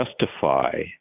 justify